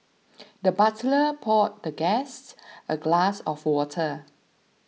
the butler poured the guest a glass of water